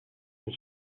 een